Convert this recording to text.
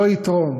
לא יתרום